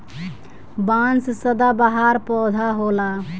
बांस सदाबहार पौधा होला